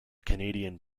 canadian